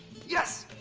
yes!